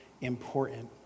important